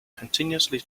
continuously